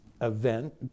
event